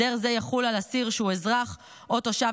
הסדר זה יחול על אסיר שהוא אזרח או תושב